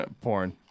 Porn